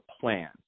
plan